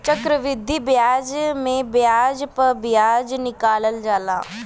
चक्रवृद्धि बियाज मे बियाज प बियाज निकालल जाला